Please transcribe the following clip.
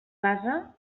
basa